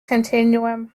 continuum